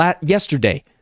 yesterday